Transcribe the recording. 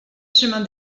chemin